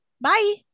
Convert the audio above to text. Bye